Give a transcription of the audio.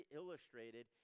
illustrated